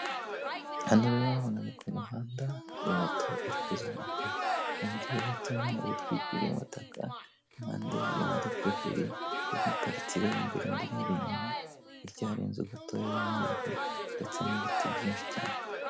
Hano rero urahabona ni ku muhanda, hari moto iri kuzamuka, umubyeyi uhetse umwana witwikiriye umutaka, impande ye hari imodoka ebyiri, imwe iparitse ireba imbere indi ireba inyuma, hirya hari inzu gatoya y'umweru ndetse n'ibiti byinshi cyane.